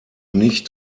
nicht